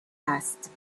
است